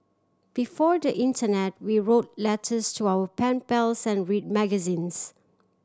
before the internet we wrote letters to our pen pals and read magazines